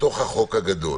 בתוך החוק הגדול.